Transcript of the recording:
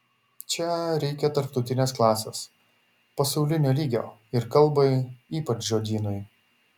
čia reikia tarptautinės klasės pasaulinio lygio ir kalbai ypač žodynui